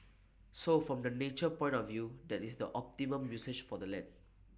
so from the nature point of view that is the optimum usage for the land